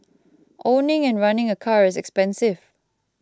owning and running a car is expensive